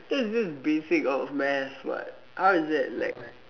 that is just the basics of math what how is that like